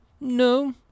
No